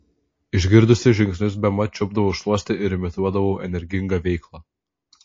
išgirdusi žingsnius bemat čiupdavau šluostę ir imituodavau energingą veiklą